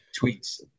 tweets